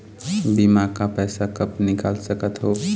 बीमा का पैसा कब निकाल सकत हो?